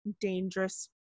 dangerous